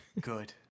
Good